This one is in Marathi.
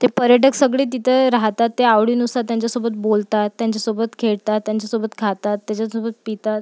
ते पर्यटक सगळे तिथे राहतात ते आवडीनुसार त्यांच्यासोबत बोलतात त्यांच्यासोबत खेळतात त्यांच्यासोबत खातात त्यांच्यासोबत पितात